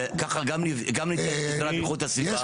לא הזמינו אותנו,